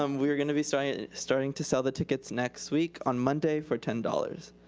um we are gonna be so and starting to sell the tickets next week on monday for ten dollars.